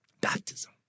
Baptism